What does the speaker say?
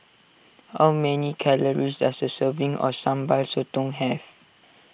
how many calories does a serving of Sambal Sotong have